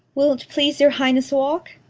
will't please your highness walk?